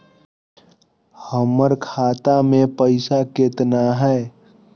हमर खाता मे पैसा केतना है?